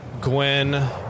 Gwen